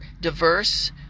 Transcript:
diverse